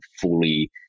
fully